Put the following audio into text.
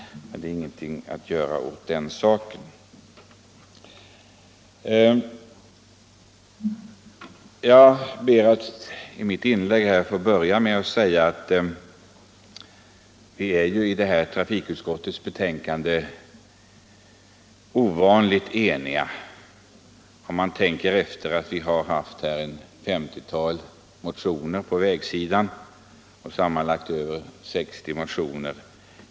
Men det är ingenting att göra åt den saken. Jag vill börja mitt inlägg med att säga att vi i trafikutskottet i detta ärende är ovanligt eniga, i synnerhet om man betänker att vi haft över 60 motioner att behandla i detta sammanhang, varav ett femtiotal berör vägarna.